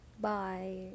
Bye